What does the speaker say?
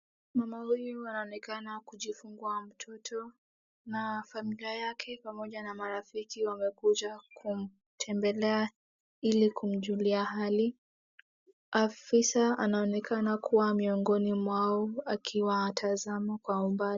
Mama huyu anaonekana kujifungua mtoto na familia yake pamoja na marafiki wamekuja kumtembelea ili kumjulia hali, afisa anaonekana kuwa miongoni mwao akiwatazama kwa umbali.